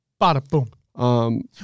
bada-boom